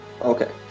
Okay